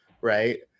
right